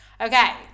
Okay